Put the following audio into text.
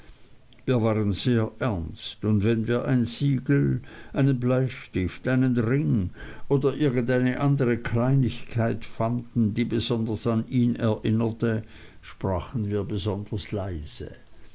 wir waren sehr ernst und wenn wir ein siegel einen bleistift einen ring oder irgendeine andere kleinigkeit fanden die besonders an ihn erinnerte sprachen wir besonders leise